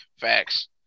Facts